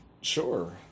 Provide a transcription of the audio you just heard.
sure